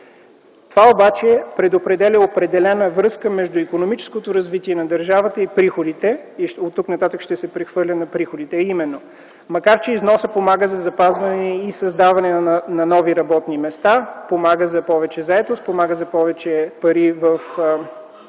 Това обаче предопределя и определена връзка между икономическото развитие на държавата и приходите. Оттук нататък ще се прехвърля на приходите, а именно – макар че износът помага за запазване и създаване на нови работни места, помага за повече заетост, помага за повече пари в